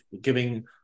giving